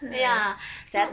ya so